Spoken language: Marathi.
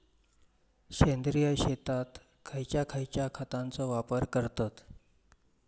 सेंद्रिय शेतात खयच्या खयच्या खतांचो वापर करतत?